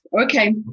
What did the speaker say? okay